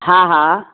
हा हा